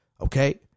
Okay